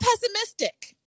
pessimistic